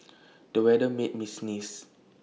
the weather made me sneeze